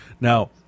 Now